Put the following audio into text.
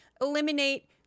eliminate